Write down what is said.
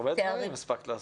הרבה תארים הספקת לעשות.